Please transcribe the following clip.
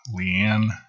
Leanne